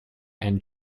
and